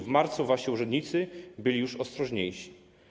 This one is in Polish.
W marcu wasi urzędnicy byli już ostrożniejsi.